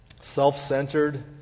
self-centered